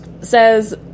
says